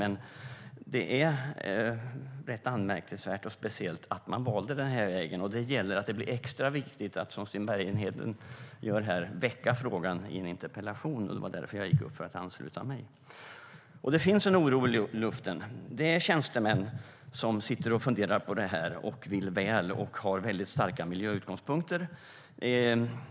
Men det är rätt anmärkningsvärt och speciellt att man valde den vägen, och det gör det extra viktigt att, som Sten Bergheden har gjort här, väcka frågan i en interpellation. Det var för att ansluta mig till den som jag gick upp här i talarstolen. Det finns en oro i luften. Tjänstemän sitter och funderar på det här och vill väl och har starka miljöutgångspunkter.